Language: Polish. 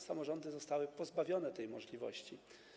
Samorządy zostały pozbawione tej możliwości.